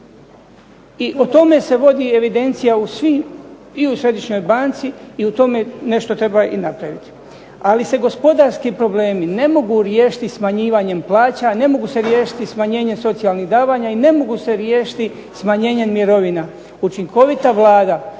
I o tome se vodi evidencija u svim i u Središnjoj banci i o tome nešto treba i napraviti. Ali se gospodarski problemi ne mogu riješiti smanjivanjem plaća, ne mogu se riješiti socijalnih davanja i ne mogu se riješiti smanjivanjem mirovina. Učinkovita Vlada